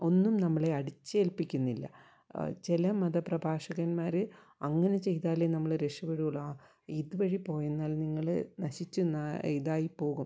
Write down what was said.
ഒന്നും നമ്മളെ അടിച്ചേൽപ്പിക്കുന്നില്ല ചില മത പ്രഭാഷകന്മാർ അങ്ങനെ ചെയ്താലേ നമ്മൾ രക്ഷപ്പെടുള്ളൂ ആ ഇത് വഴി പോയെന്നാൽ നിങ്ങൾ നശിച്ച് നാ ഇതായിപ്പോകും